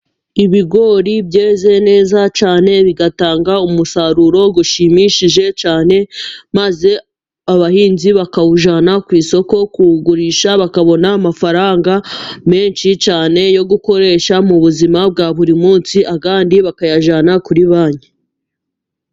Ibigori byeze neza cyane bigatanga umusaruro ushimishije cyane maze abahinzi bakawujyana ku isoko kuwugurisha bakabona amafaranga menshi cyane yo gukoresha mu buzima bwa buri munsi ayandi bakayajyana kuri banki.